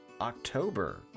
October